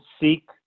seek